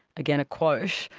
again a quote,